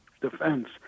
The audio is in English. defense